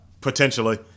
Potentially